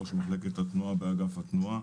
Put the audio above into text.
ראש מחלקת התנועה באגף התנועה.